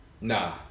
Nah